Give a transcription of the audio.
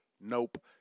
nope